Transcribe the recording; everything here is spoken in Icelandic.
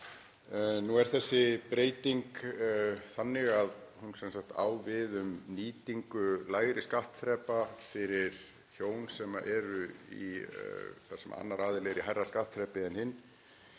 Nú er þessi breyting þannig að hún á við um nýtingu lægri skattþrepa fyrir hjón þar sem annar aðili er í hærra skattþrepi en hinn.